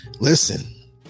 Listen